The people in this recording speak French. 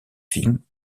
films